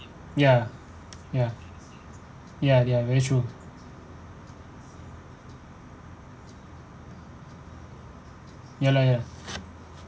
ya ya ya ya very true ya lah ya